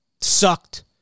Sucked